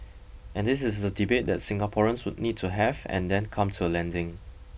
and this is a debate that Singaporeans would need to have and then come to a landing